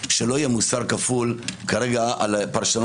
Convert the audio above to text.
שלא יהיה מוסר כפול כרגע על פרשנות